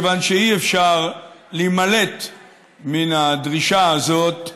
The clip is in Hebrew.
מכיוון שאי-אפשר להימלט מן הדרישה הזאת,